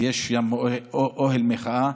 יש גם אוהל מחאה.